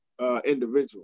individual